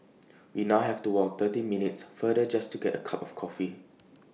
we now have to walk twenty minutes further just to get A cup of coffee